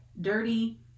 dirty